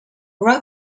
grew